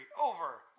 over